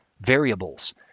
variables